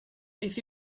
beth